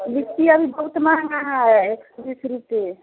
लीची अभी बहुत महँगी है एक सौ बीस रुपये